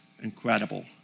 Incredible